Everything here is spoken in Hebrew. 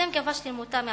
אתם כבשתם אותה מהפלסטינים.